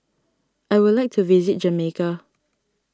I would like to visit Jamaica